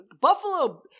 Buffalo